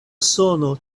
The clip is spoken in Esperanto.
sono